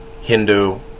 Hindu